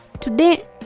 Today